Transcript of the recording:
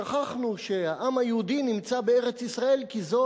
שכחנו שהעם היהודי נמצא בארץ-ישראל כי זו